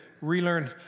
relearn